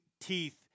Teeth